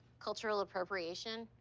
cultural appropriation?